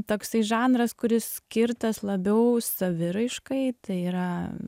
toksai žanras kuris skirtas labiau saviraiškai tai yra